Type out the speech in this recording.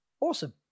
Awesome